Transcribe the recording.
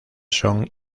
son